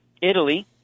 Italy